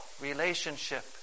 relationship